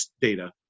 data